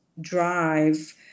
drive